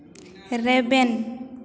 ᱨᱮᱵᱮᱱ